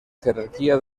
jerarquía